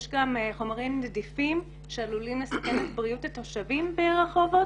יש גם חומרים נדיפים שעלולים לסכן את בריאות התושבים ברחובות.